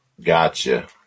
Gotcha